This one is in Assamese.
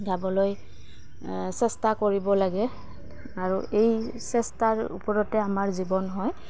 গাবলৈ চেষ্টা কৰিব লাগে আৰু এই চেষ্টাৰ ওপৰতে আমাৰ জীৱন হয়